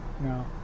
No